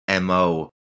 MO